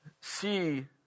see